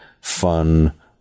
fun